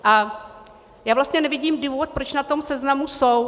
A vlastně nevidím důvod, proč na tom seznamu jsou.